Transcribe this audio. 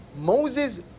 Moses